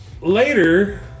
later